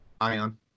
Ion